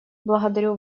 благодарю